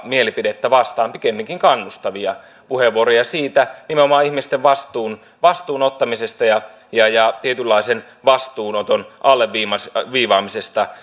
mielipidettä vastaan pikemminkin kannustavia puheenvuoroja nimenomaan ihmisten vastuunottamisesta ja ja tietynlaisen vastuunoton alleviivaamisesta alleviivaamisesta